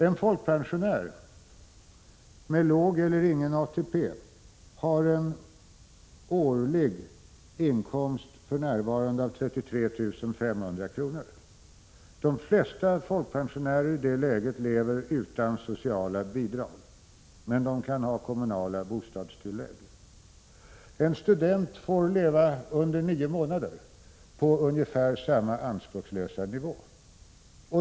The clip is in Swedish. En folkpensionär med låg eller ingen ATP har en årlig inkomst av för närvarande 33 500 kr. De flesta folkpensionärer i detta läge lever utan sociala bidrag, men de kan ha kommunalt bostadstillägg. En student får under nio månader leva på ungefär samma anspråkslösa nivå.